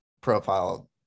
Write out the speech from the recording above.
profile